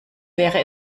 wäre